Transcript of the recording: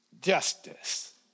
justice